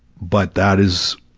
but that is,